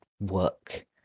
work